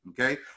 okay